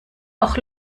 auch